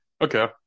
Okay